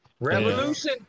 Revolution